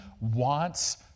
wants